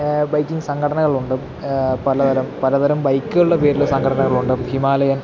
biking സംഘടനകളുണ്ട് പലതരം പലതരം ബൈക്കുകളുടെ പേരിൽ സംഘടനകളുണ്ട് ഹിമാലയൻ